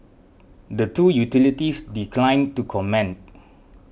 the two utilities declined to comment